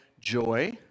joy